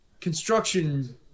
Construction